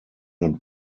not